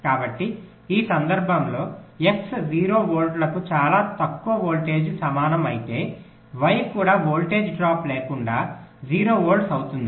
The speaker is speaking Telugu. కాబట్టి ఈ సందర్భంలో X 0 వోల్ట్లకు చాలా తక్కువ వోల్టేజ్కు సమానం అయితే Y కూడా వోల్టేజ్ డ్రాప్ లేకుండా 0 వోల్ట్ అవుతుంది